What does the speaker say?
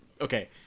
okay